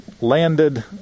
landed